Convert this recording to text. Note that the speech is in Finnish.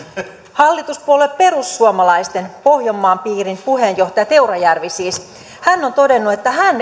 hallituspuolue perussuomalaisten pohjanmaan piirin puheenjohtaja teurajärvi siis on todennut että hän